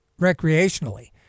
recreationally